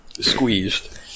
squeezed